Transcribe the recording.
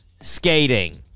skating